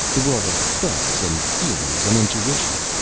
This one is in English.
the world of thoughts and feelings and intuitions,